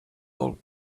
old